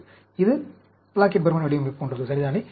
இது Plackett Burman வடிவமைப்பு போன்றது சரிதானே